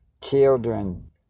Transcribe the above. children